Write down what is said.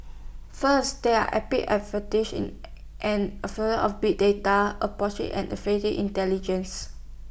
first there are in and of big data and intelligence